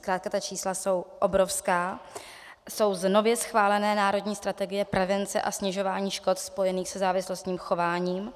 Zkrátka ta čísla jsou obrovská, jsou z nově schválené Národní strategie prevence a snižování škod spojených se závislostním chováním.